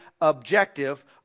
objective